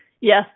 Yes